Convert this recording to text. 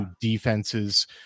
defenses